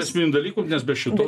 esminių dalykų nes be šito